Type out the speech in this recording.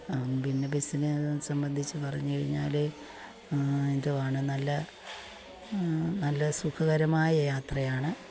പിന്നെ ബസ്സിനെ സംബന്ധിച്ച് പറഞ്ഞുകഴിഞ്ഞാല് എന്തുവാണ് നല്ല നല്ല സുഖകരമായ യാത്രയാണ്